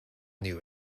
knew